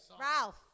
Ralph